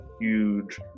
huge